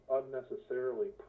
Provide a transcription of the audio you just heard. unnecessarily